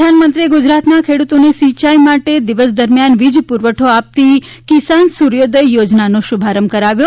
પ્રધાનમંત્રીએ ગુજરાતના ખેડુતોને સિંચાઇ માટે દિવસ દરમિયાન વિજ પુરવઠો આપતી કિસાન સૂર્યોદય યોજનાનો શુભારંભ કરાવ્યો